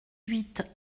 huit